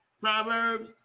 Proverbs